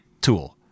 tool